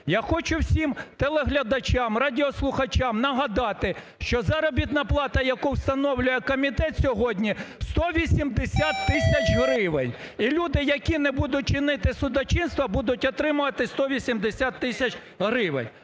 Я хочу всім телеглядачам, радіослухачам нагадати, що заробітна плата, яку встановлює комітет сьогодні, 180 тисяч гривень. І люди, які не будуть чинити судочинство, будуть отримувати 180 тисяч гривень.